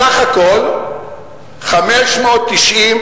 בסך הכול, 569